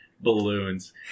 balloons